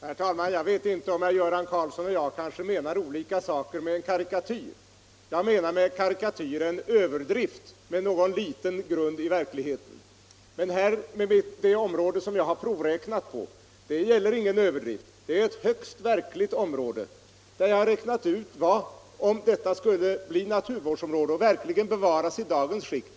Herr talman! Jag vet inte om herr Göran Karlsson i Huskvarna och jag menar olika saker med ordet karikatyr. Jag menar med karikaty en överdrift med någon liten grund i verkligheten. Men min provräkning på ett område är ingen överdrift. Det är ett högst verkligt område, och 185 jag har räknat ut vad det skulle kosta om det skulle bli naturvårdsområde och bevaras i dagens skick.